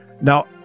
now